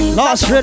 lost